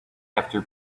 after